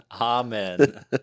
Amen